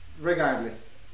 regardless